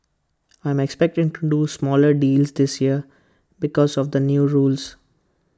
I'm expecting to do smaller deals this year because of the new rules